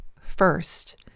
first